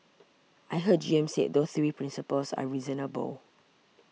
I heard G M said those three principles are reasonable